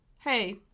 Hey